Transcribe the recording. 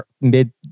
mid